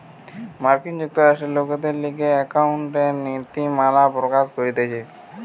মার্কিন যুক্তরাষ্ট্রে লোকদের লিগে একাউন্টিংএর নীতিমালা প্রকাশ করতিছে